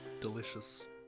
Delicious